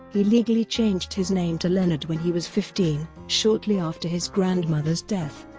he legally changed his name to leonard when he was fifteen, shortly after his grandmother's death.